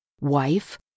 Wife